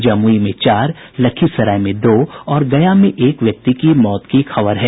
जमुई में चार लखीसराय में दो और गया में एक व्यक्ति की मौत की खबर है